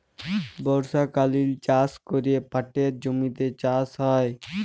বর্ষকালীল চাষ ক্যরে পাটের জমিতে চাষ হ্যয়